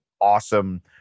awesome